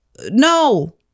No